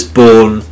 born